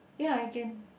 ya I can